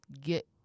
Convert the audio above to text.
get